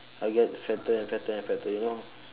I get fatter and fatter and fatter you know